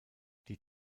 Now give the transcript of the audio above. die